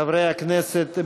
חברי הכנסת,